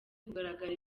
kugaragara